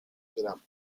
queramos